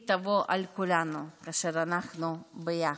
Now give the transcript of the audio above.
היא תבוא על כולנו כאשר אנחנו ביחד.